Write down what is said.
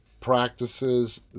practices